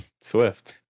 Swift